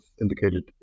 indicated